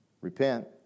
repent